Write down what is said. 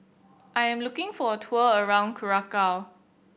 I am looking for a tour around Curacao